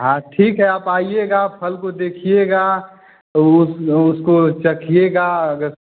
हाँ ठीक है आप आइएगा फल को देखिएगा तो उस उसको चखिएगा अगर